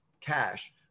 cash